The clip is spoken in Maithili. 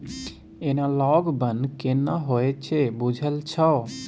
एनालॉग बन्न केना होए छै बुझल छौ?